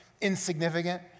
insignificant